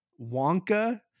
wonka